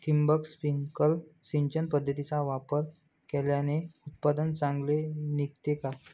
ठिबक, स्प्रिंकल सिंचन पद्धतीचा वापर केल्याने उत्पादन चांगले निघते का?